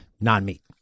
non-meat